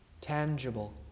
tangible